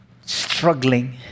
struggling